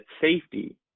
safety